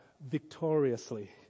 victoriously